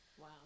Wow